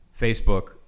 Facebook